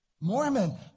Mormon